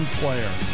player